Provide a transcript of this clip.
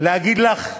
להגיד לך תודה.